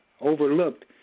overlooked